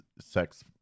sex